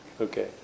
Okay